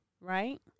right